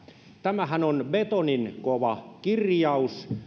tämähän on betoninkova kirjaus